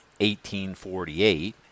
1848